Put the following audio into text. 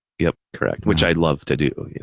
yup. correct. which i love to do.